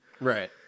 right